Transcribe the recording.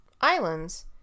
islands